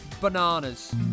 bananas